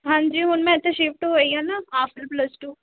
ਹਾਂਜੀ ਹੁਣ ਮੈਂ ਇੱਥੇ ਸ਼ਿਫਟ ਹੋਈ ਹਾਂ ਨਾ ਆਫਟਰ ਪਲੱਸ ਟੂ